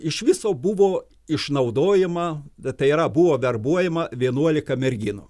iš viso buvo išnaudojima da tai yra buvo verbuojama vienuolika merginų